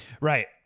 Right